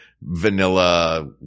vanilla